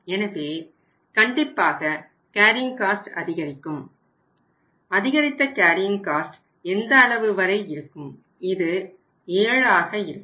எனவே கண்டிப்பாக carrying cost எந்த அளவு வரை இருக்கும் இது 7 ஆக இருக்கும்